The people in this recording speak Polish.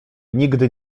nigdy